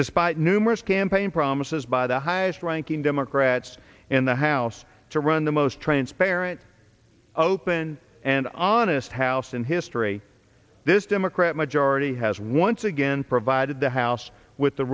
despite numerous campaign promises by the highest ranking democrats in the house to run the most transparent open and honest house in history this democrat majority has once again provided the house with the